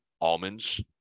almonds